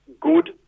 good